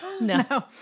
No